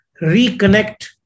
reconnect